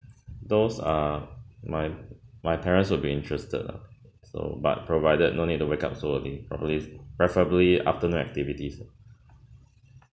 those are my my parents would be interested lah so but provided no need to wake up so early probably preferably afternoon activities ah